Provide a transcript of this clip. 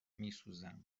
میسوزم